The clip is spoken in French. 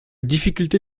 difficulté